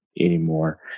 anymore